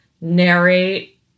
narrate